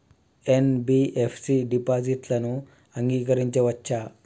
NBFC డిపాజిట్లను అంగీకరించవచ్చా?